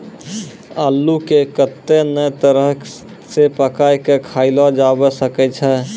अल्लू के कत्ते नै तरह से पकाय कय खायलो जावै सकै छै